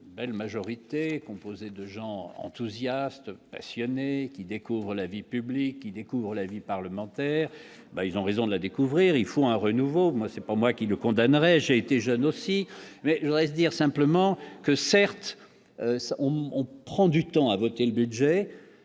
une belle majorité composée de gens enthousiastes, passionnés, qui découvrent la vie publique qui découvrent la vie parlementaire, ben ils ont raison de la découvrir, il faut un renouveau moi c'est pas moi qui le condamnerait, j'ai été jeune aussi, mais l'OS dire simplement que certes on prend du temps, a voté le budget